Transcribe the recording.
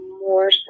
more